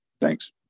Thanks